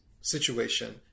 situation